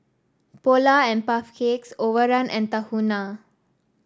Polar and Puff Cakes Overrun and Tahuna